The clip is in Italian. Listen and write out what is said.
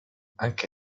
anche